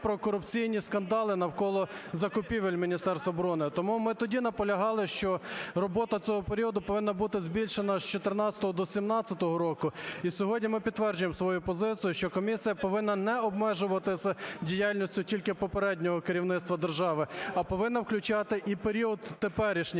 про корупційні скандали навколо закупівель Міністерства оборони, тому ми тоді наполягали, що робота цього періоду повинна бути збільшена з 14-го до 17-го року. І сьогодні ми підтверджуємо свою позицію, що комісія повинна не обмежуватись діяльністю тільки попереднього керівництва держави, а повинно включати і період теперішній,